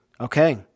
Okay